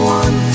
one